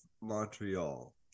Montreal